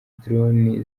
drone